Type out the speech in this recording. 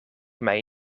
mij